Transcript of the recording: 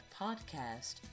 podcast